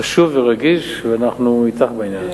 חשוב ורגיש ואנחנו אתך בעניין.